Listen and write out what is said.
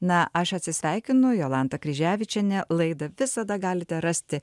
na aš atsisveikinu jolanta kryževičienė laidą visada galite rasti